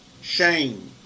shame